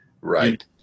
right